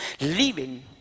living